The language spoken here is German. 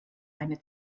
eine